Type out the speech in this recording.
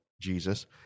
Jesus